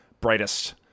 brightest